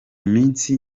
minsi